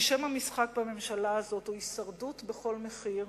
כי שם המשחק בממשלה הזאת הוא הישרדות בכל מחיר,